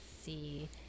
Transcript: see